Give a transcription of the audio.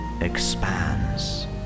expands